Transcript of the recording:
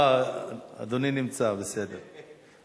אדוני נמצא, בסדר.